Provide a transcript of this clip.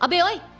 um really